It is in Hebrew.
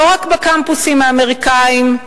לא רק בקמפוסים האמריקניים,